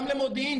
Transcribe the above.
גם במודיעין,